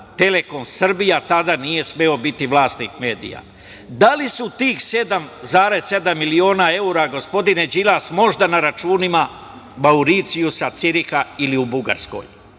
"Telekom Srbije" tada nije smeo biti vlasnik medija? Da li su tih 7,7 miliona evra, gospodine Đilas, možda na računima Mauricijusa, Ciriha ili u